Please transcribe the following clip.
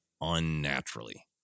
unnaturally